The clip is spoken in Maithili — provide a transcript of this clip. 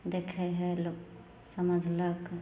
देखै हइ लोक समझलक